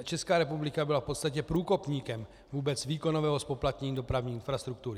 Česká republika byla v podstatě průkopníkem vůbec výkonového zpoplatnění dopravní infrastruktury.